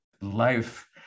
life